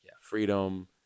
freedom